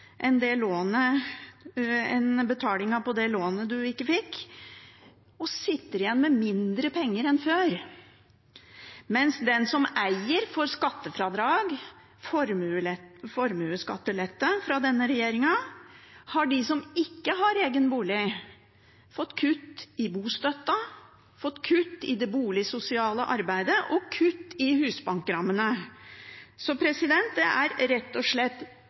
på det lånet du ikke fikk, og sitter igjen med mindre penger enn før. Mens den som eier, får skattefradrag – og formuesskattelette fra denne regjeringen – har de som ikke har egen bolig, fått kutt i bostøtten, kutt i det boligsosiale arbeidet og kutt i husbankrammene. Så det er rett og slett